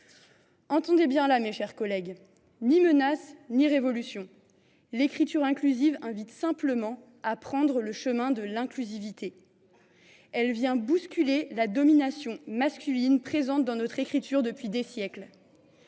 Entendez bien là, mes chers collègues : ni menace ni révolution. L’écriture inclusive invite simplement à prendre le chemin de l’inclusivité. Elle vient bousculer la domination masculine présente dans notre écriture depuis des siècles.